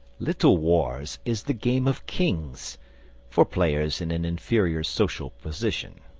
little wars is the game of kings for players in an inferior social position.